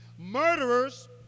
murderers